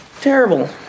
Terrible